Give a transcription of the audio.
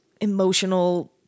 emotional